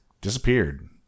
disappeared